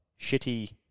shitty